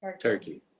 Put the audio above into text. turkey